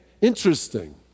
Interesting